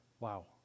Wow